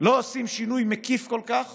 לא עושים שינוי מקיף כל כך